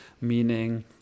meaning